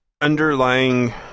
underlying